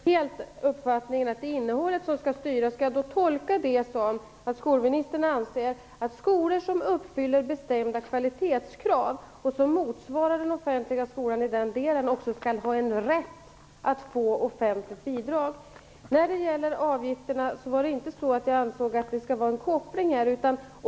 Herr talman! Jag delar själv uppfattningen att det är innehållet som skall styra. Skall jag tolka det som att skolministern anser att skolor som uppfyller bestämda kvalitetskrav, som motsvarar den offentliga skolan i den delen, också skall ha en rätt att få offentligt bidrag? När det gäller avgifterna var det inte så att jag ansåg att det skall vara en koppling.